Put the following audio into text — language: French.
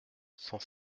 cent